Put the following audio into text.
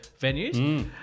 venues